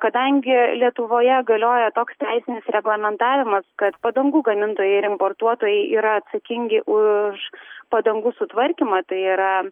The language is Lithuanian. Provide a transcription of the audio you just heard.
kadangi lietuvoje galioja toks teisinis reglamentavimas kad padangų gamintojai ir importuotojai yra atsakingi už padangų sutvarkymą tai yra